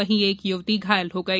वहीं एक युवती घायल हो गई